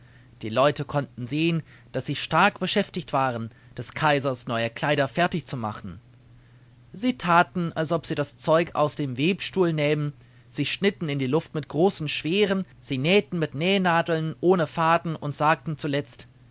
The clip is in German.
die leute konnten sehen daß sie stark beschäftigt waren des kaisers neue kleider fertig zu machen sie thaten als ob sie das zeug aus dem webstuhl nähmen sie schnitten in die luft mit großen schweren sie nähten mit nähnadeln ohne faden und sagten zuletzt